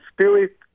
spirit